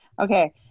Okay